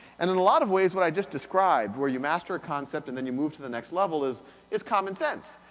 and in a lot of ways, what i just described where you master a concept and then you move to the next level, is is common sense.